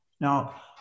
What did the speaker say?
Now